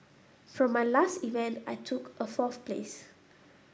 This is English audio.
for my last event I took a fourth place